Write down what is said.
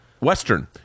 Western